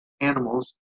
animals